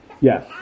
Yes